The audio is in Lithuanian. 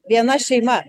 viena šeima